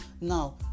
now